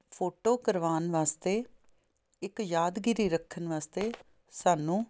photo ਕਰਵਾਉਣ ਵਾਸਤੇ ਇੱਕ ਯਾਦਗਿਰੀ ਰੱਖਣ ਵਾਸਤੇ ਸਾਨੂੰ